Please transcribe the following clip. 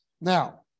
Now